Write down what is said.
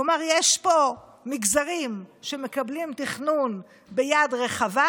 כלומר יש פה מגזרים שמקבלים תכנון ביד רחבה,